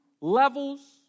levels